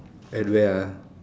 at where ah